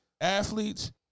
athletes